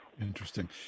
Interesting